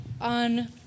on